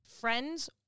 friends